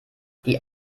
die